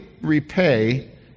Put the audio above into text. repay